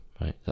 right